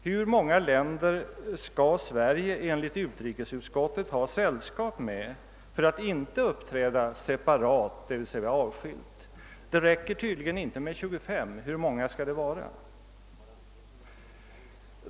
Hur många länder skall Sverige enligt utrikesutskottet ha sällskap med för att inte uppträda separat, d. v. s. avskilt? Det räcker tydligen inte med 25 — hur många skall det vara?